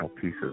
pieces